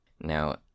Now